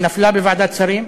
היא נפלה בוועדת שרים.